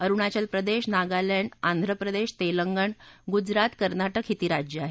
अरुणाचलप्रदेश नागालँड आंध्रप्रदेश तेलंगण गुजरात कर्नाटक ही ती राज्य आहेत